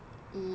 一二三